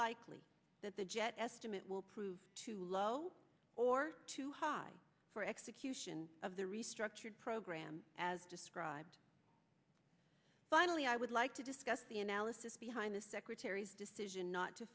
likely that the jet estimate will prove too low or too high for execution of the restructured program as described finally i would like to discuss the analysis behind the secretary's decision not to